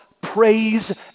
praise